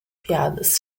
piadas